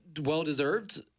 well-deserved